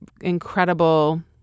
incredible